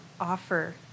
offer